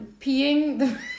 peeing